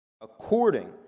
according